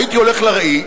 הייתי הולך לראי,